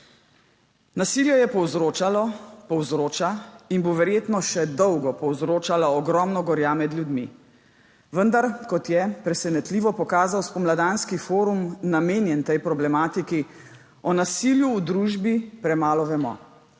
Nasilje je povzročalo, povzroča in bo verjetno še dolgo povzročala ogromno gorja med ljudmi. Vendar kot je, presenetljivo, pokazal spomladanski forum, namenjen tej problematiki, o nasilju v družbi premalo vemo.